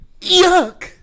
Yuck